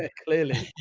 ah clearly.